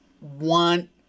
want